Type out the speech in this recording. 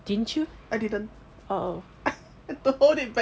I didn't I hold it back in